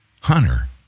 Hunter